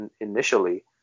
initially